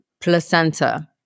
placenta